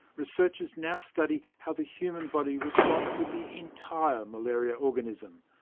researchers now study how the human body responds to the entire malaria organism.